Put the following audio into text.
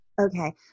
Okay